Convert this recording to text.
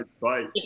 Bye